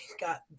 got